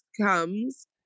comes